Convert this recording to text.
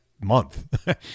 month